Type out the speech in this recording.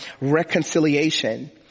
reconciliation